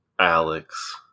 Alex